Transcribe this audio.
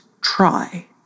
try